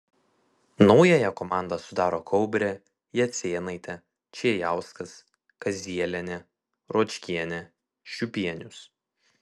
naująją komandą sudaro kaubrė jacėnaitė čėjauskas kazielienė ruočkienė šiupienius